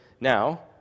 now